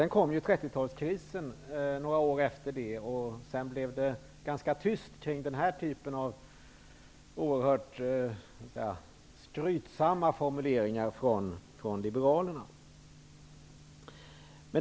Några år därefter kom 30-talskrisen, och sedan blev det ganska tyst kring den typen av oerhört skrytsamma formuleringar från liberalerna.